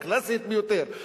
הקלאסית ביותר,